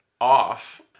off